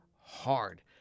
hard